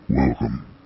Welcome